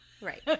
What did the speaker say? right